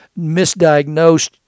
misdiagnosed